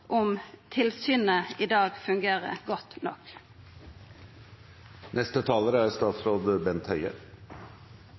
om tilsynet i dag fungerer godt nok. Hendelsen som er